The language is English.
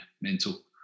mental